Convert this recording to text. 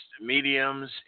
mediums